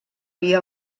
pia